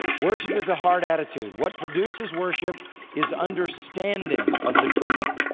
worship is a heart attitude. what produces worship is understanding of the truth.